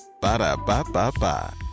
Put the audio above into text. Ba-da-ba-ba-ba